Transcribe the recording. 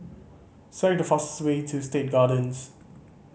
select the fastest way to State Gardens